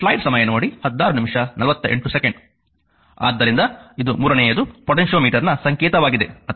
ಆದ್ದರಿಂದ ಇದು ಮೂರನೆಯದು ಪೊಟೆನ್ಟಿಯೊಮೀಟರ್ನ ಸಂಕೇತವಾಗಿದೆ ಅಥವಾ ಸಂಕ್ಷಿಪ್ತವಾಗಿ pot